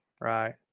right